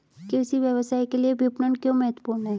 कृषि व्यवसाय के लिए विपणन क्यों महत्वपूर्ण है?